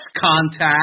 contact